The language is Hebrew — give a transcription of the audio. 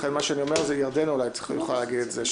אולי ירדנה יכולה להגיד את מה שאני אומר